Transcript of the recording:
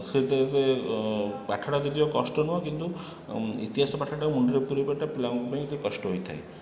ସେ ତ ଏତେ ପାଠଟା ଯଦିଓ କଷ୍ଟ ନୁହଁ କିନ୍ତୁ ଇତିହାସ ପାଠଟାକୁ ମୁଣ୍ଡରେ ପୁରେଇବାଟା ପିଲାଙ୍କ ପାଇଁ ଟିକିଏ କଷ୍ଟ ହୋଇଥାଏ